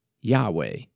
Yahweh